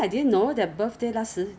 hardly go out 也是要保养 [what]